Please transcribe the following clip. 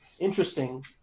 interesting